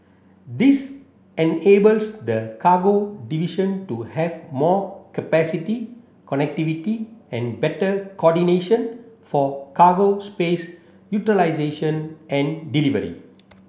this enables the cargo division to have more capacity connectivity and better coordination for cargo space utilisation and delivery